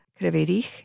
Kreverich